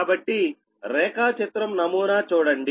కాబట్టి రేఖాచిత్రం నమూనా చూడండి